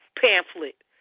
pamphlet